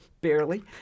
barely